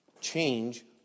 change